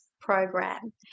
program